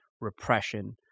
repression